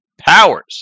powers